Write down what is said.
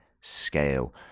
scale